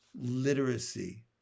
literacy